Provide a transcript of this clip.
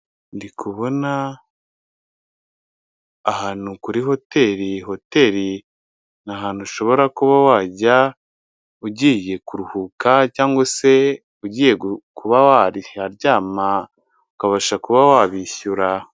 Ndikubona ahantu kuri hoteri, hoteri ni ahantu ushobora kuba wajya ugiye kuruhuka cyangwa se ugiye kuba waharyama ukabasha kuba wabishyura.